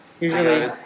usually